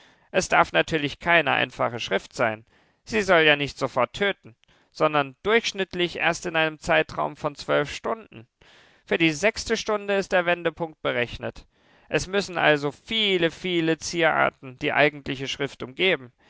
es darf natürlich keine einfache schrift sein sie soll ja nicht sofort töten sondern durchschnittlich erst in einem zeitraum von zwölf stunden für die sechste stunde ist der wendepunkt berechnet es müssen also viele viele zieraten die eigentliche schrift umgeben